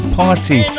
party